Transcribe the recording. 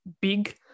big